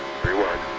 three wide.